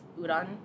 udon